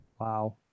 Wow